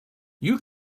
you